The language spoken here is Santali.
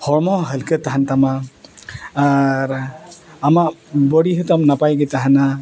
ᱦᱚᱲᱢᱚ ᱦᱚᱸ ᱦᱟᱹᱞᱠᱟᱹ ᱛᱟᱦᱮᱱ ᱛᱟᱢᱟ ᱟᱨ ᱟᱢᱟᱜ ᱵᱚᱰᱤ ᱦᱚᱸᱛᱟᱢ ᱱᱟᱯᱟᱭ ᱜᱮ ᱛᱟᱦᱮᱱᱟ